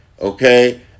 Okay